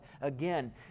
again